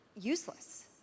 Useless